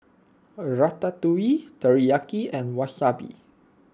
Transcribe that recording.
Ratatouille Teriyaki and Wasabi